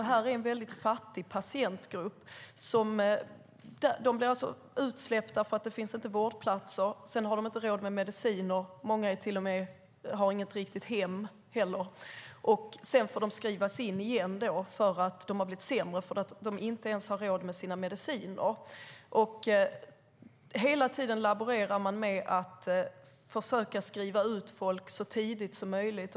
Det här är en grupp patienter som är mycket fattiga. De blir utsläppta därför att det inte finns vårdplatser. Sedan har de inte råd med mediciner, och många har inte heller ett riktigt hem. De får skrivas in igen för att de har blivit sämre därför att de inte har råd med sina mediciner. Hela tiden laborerar man med att försöka skriva ut folk så tidigt som möjligt.